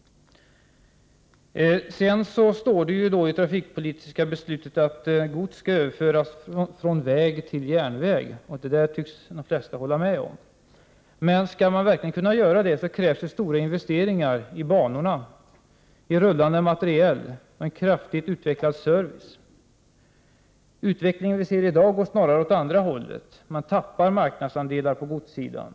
Det står i det trafikpolitiska beslutet att gods skall överföras från väg till järnväg. Det tycks de flesta hålla med om. Men om man verkligen skall kunna göra det krävs stora investeringar i banorna och i rullande materiel samt en kraftigt utvecklad service. Den utveckling vi ser i dag går snarare åt andra hållet. Man tappar marknadsandelar på godssidan.